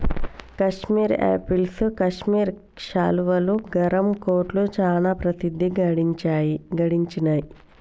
Kashmir apples Kashmir శాలువాలు, గరం కోట్లు చానా ప్రసిద్ధి గడించినాయ్